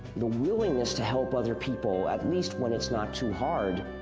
the willingness to help other people at least when it's not too hard,